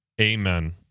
amen